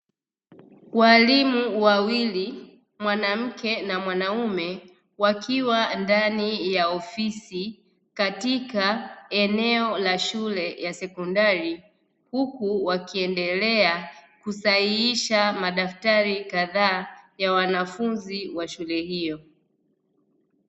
Walimu wawili mwanamke na mwanaume, wakiwa ndani ya ofisi katika eneo la shule ya sekondari huku wakiendelea kusahihisha madaftari kadhaa ya wanafunzi wa shule hiyo.